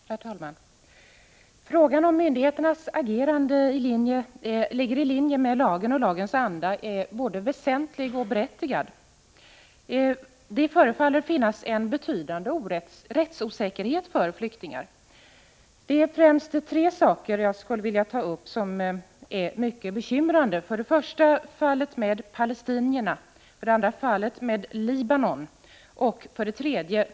Herr talman! Frågan om myndigheternas agerande ligger i linje med lagen och lagens anda är både väsentlig och berättigad. Det förefaller finnas en betydande rättsosäkerhet för flyktingar. Det är främst tre saker som jag skulle vilja ta upp och som är mycket bekymrande: 1. Fallet med palestinierna. 2. Fallet med Libanon. 3.